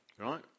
Right